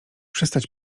przestać